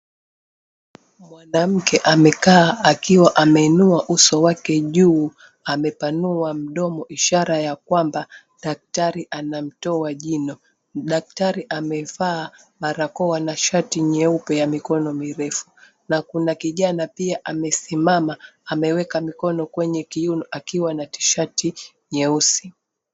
Mwanamke amekaa akiwa ameinua uso wake juu amepanua mdomo ishara ya kwamba daktari anamtoa jino. Daktari amevaa barakoa na shati nyeupe ya mikono mirefu. Na kuna kijana pia amesimama ameweka mikono kwenye kiuno akiwa na tishati nyeusi.